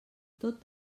tot